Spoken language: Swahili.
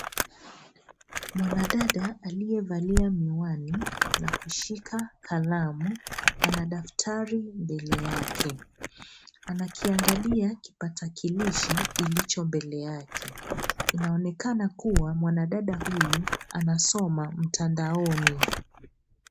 Mwandada aliyevalia miwani